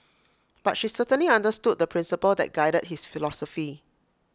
but she certainly understood the principle that guided his philosophy